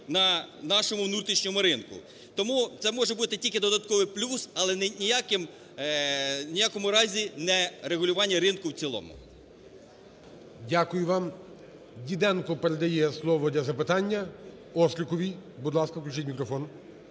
Дякую вам. Діденко передає слово для запитання Остріковій. Будь ласка, включіть мікрофон.